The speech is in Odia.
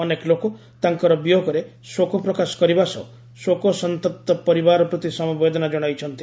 ଅନେକ ଲୋକ ତାଙ୍କର ବିୟୋଗରେ ଶୋକପ୍ରକାଶ କରିବା ସହ ଶୋକସନ୍ତପ୍ତ ପରିବାର ପ୍ରତି ସମବେଦନା ଜଣାଇଛନ୍ତି